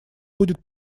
будет